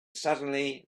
suddenly